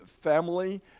family